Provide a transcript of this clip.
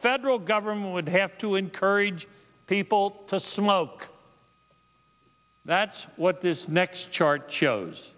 federal government would have to encourage people to smoke that's what this next chart shows